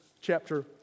chapter